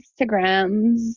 Instagrams